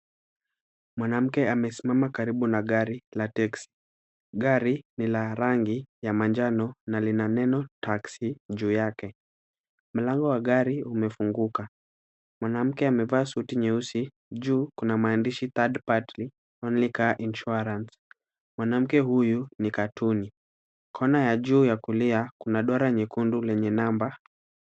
Mwanamke amesimama karibu na gari la [cs[teksi . Gari ni la rangi ya manjano na lina neno taxi juu yake. Mlango wa gari umefunguka. Mwanamke amevaa suti nyeusi. Juu kuna maandishi third party only car insurance . Mwanamke huyu ni katuni . Kona ya juu ya kulia kuna dora nyekundu lenye namba .